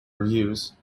reviews